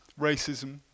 racism